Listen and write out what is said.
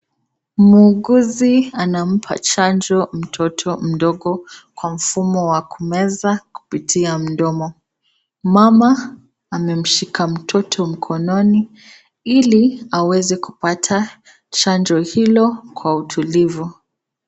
Muuguzi anampa chanjo mtoto mdogo kwa mfumo wa kumeza kupitia mdomo. Mama amemshika mtoto mkononi ili aweze kupata chanjo hiyo kwa utulivu.